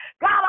god